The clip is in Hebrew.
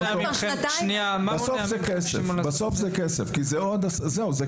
בסוף זה כסף, זה כסף.